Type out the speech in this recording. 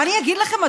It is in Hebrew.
מה אני אגיד לכם,